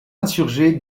insurgés